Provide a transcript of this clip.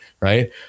Right